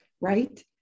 right